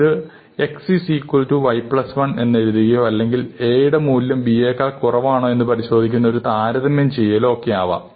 ഇത് X Y 1 എന്നെഴുതുകയോ അല്ലെങ്കിൽ A യുടെ മൂല്യം B യേക്കാൾ കുറവാണോ എന്ന് പരിശോധിക്കുന്ന ഒരു താരതമ്യം ചെയ്യലോ ഒക്കെ ആവാം